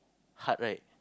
hard right